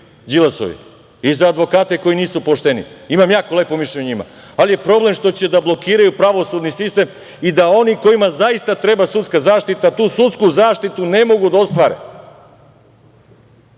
i za advokate koji nisu pošteni. Imam jako lepo mišljenje o njima, ali je problem što će da blokiraju pravosudni sistem i da oni koji zaista treba zaista sudska zaštita tu sudsku zaštitu ne mogu da ostvare.